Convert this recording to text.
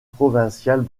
provinciales